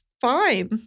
fine